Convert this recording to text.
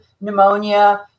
pneumonia